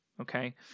okay